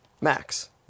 Max